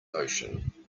ocean